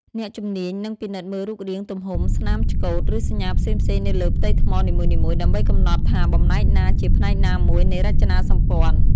អ្នកជំនាញនឹងពិនិត្យមើលរូបរាង ទំហំ ស្នាមឆ្កូត ឬសញ្ញាផ្សេងៗនៅលើផ្ទៃថ្មនីមួយៗ ដើម្បីកំណត់ថាបំណែកណាជាផ្នែកណាមួយនៃរចនាសម្ព័ន្ធ។